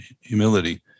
humility